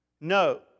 No